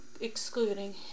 excluding